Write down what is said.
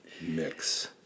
mix